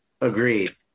Agreed